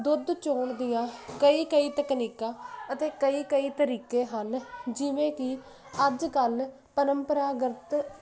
ਦੁੱਧ ਚੋਣ ਦੀਆ ਕਈ ਕਈ ਤਕਨੀਕਾਂ ਅਤੇ ਕਈ ਕਈ ਤਰੀਕੇ ਹਨ ਜਿਵੇਂ ਕਿ ਅੱਜ ਕੱਲ ਪਰੰਪਰਾਗਤ